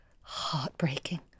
Heartbreaking